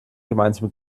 gemeinsame